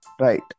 Right